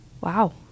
Wow